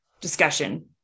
discussion